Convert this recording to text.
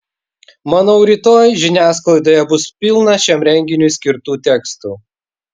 manau rytoj žiniasklaidoje bus pilna šiam renginiui skirtų tekstų